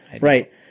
Right